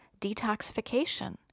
detoxification